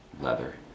leather